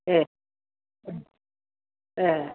ए ए